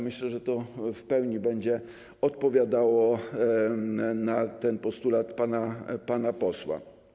Myślę, że to w pełni będzie odpowiadało na postulat pana posła.